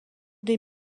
des